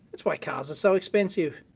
that's why cars are so expensive!